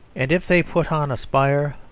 and if they put on a spire,